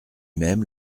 même